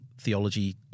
theology